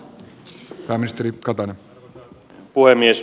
arvoisa puhemies